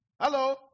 hello